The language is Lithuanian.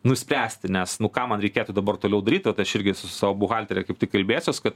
nuspręsti nes nu ką man reikėtų dabar toliau daryt vat aš irgi su savo buhaltere kaip tik kalbėsiuos kad